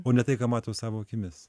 o ne tai ką mato savo akimis